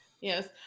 Yes